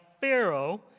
Pharaoh